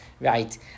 Right